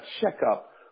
checkup